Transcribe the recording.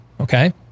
okay